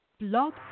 Blog